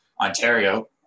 ontario